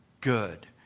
good